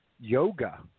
Yoga